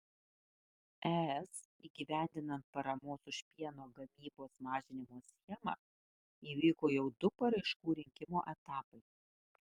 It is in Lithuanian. es įgyvendinant paramos už pieno gamybos mažinimą schemą įvyko jau du paraiškų rinkimo etapai